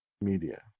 media